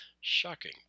Shocking